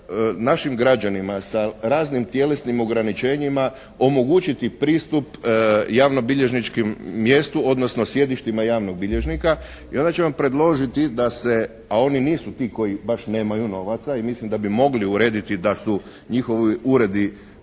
našim građanima sa raznim tjelesnim ograničenjima omogućiti pristup javnobilježničkom mjestu, odnosno sjedištima javnog bilježnika. I onda ćemo predložiti da se, a oni nisu ti koji baš nemaju novaca i mislim da bi mogli urediti da su njihovi uredi